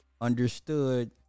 understood